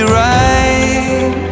right